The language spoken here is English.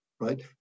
right